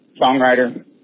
songwriter